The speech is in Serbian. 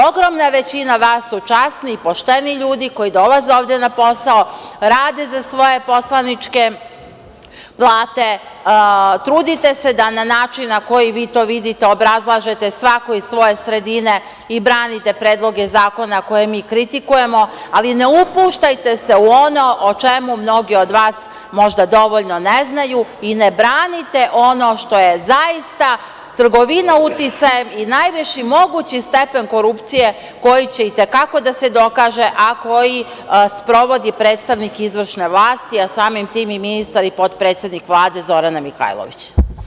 Ogromna većina vas su časni, pošteni ljudi koji dolaze ovde na posao, rade za svoje poslaničke plate, trudite se da na način koji vi to vidite obrazlažete svako iz svoje sredite i branite predloge zakona koje mi kritikujemo, ali ne upuštajte se u ono o čemu mnogi od vas možda dovoljno ne znaju i ne branite ono što je zaista trgovina uticajem i najviši mogući stepen korupcije koji će i te kako da se dokaže, a koji sprovodi predstavnik izvršne vlasti, a samim tim i ministar i potpredsednik Vlade Zorana Mihajlović.